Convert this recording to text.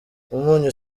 umunyu